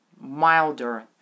milder